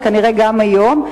וכנראה גם היום.